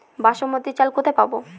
বাসমতী চাল কোথায় পাবো?